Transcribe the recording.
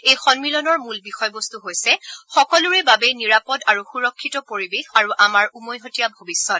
এই সম্মিলনৰ মূল বিষয়বস্তু হৈছে সকলোৰে বাবে নিৰাপদ আৰু সুৰক্ষিত পৰিৱেশ আৰু আমাৰ উমৈহতীয়া ভৱিষ্যত